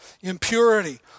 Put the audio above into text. impurity